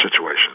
situation